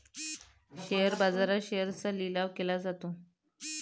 share बाजारात शेअर्सचा लिलाव केला जातो